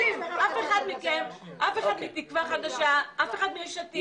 אף אחד מכם, אף אחד מתקווה חדשה, אף אחד מיש עתיד